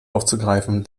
aufzugreifen